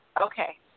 Okay